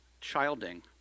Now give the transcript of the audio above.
childing